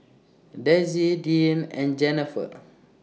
Dezzie Deann and Jenifer